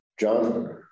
John